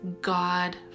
God